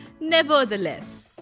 NEVERTHELESS